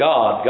God